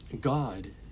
God